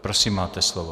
Prosím, máte slovo.